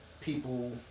people